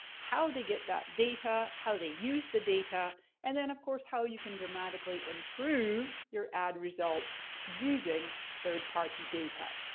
how they get that data, how they use the data and then of course how you can dramatically improve your ad results using third party data.